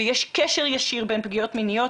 ויש קשר ישיר בין פגיעות מיניות,